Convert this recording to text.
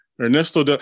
Ernesto